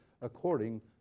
according